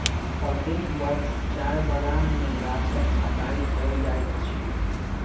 प्रत्येक वर्ष चाय बगान में गाछक छंटाई कयल जाइत अछि